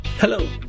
Hello